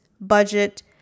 budget